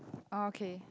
okay